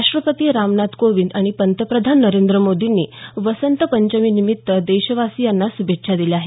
राष्ट्रपती रामनाथ कोविंद आणि पंतप्रधान नरेंद्र मोर्दींनी वसंत पंचमीनिमित्त देशवासीयांना श्भेच्छा दिल्या आहेत